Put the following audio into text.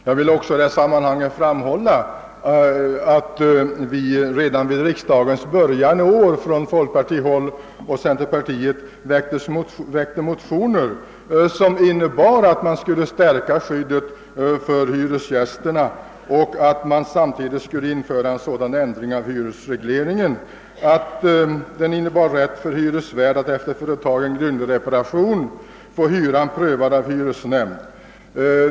Jag vill i detta sammanhang också framhålla, att vi re dan vid riksdagens början i år från folkpartioch centerpartihåll väckte motioner med förslag om förstärkning av skyddet för hyresgästerna och samtidigt en sådan ändring av hyresregleringen, att hyresvärd efter företagen grundlig reparation skulle få hyresbeloppet prövat av hyresnämnd.